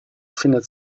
findet